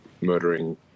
murdering